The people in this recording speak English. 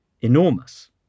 enormous